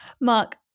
Mark